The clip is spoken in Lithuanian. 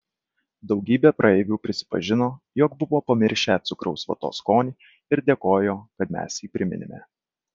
daugybė praeivių prisipažino jog buvo pamiršę cukraus vatos skonį ir dėkojo kad mes jį priminėme